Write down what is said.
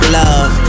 love